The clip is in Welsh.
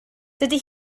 dydy